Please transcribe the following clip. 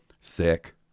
sick